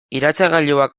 iratzargailuak